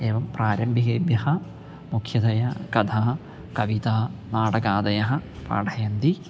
एवं प्रारम्भिकेभ्यः मुख्यतया कथा कविता नाटकादयः पाठयन्ति